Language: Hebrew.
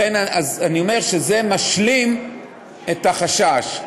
זה משלים את החשש.